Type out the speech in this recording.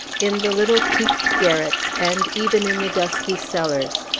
in the little peaked garrets, and even in the dusky cellars.